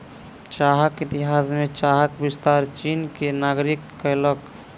चाहक इतिहास में चाहक विस्तार चीन के नागरिक कयलक